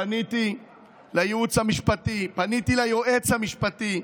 פניתי לייעוץ המשפטי, פניתי ליועץ המשפטי,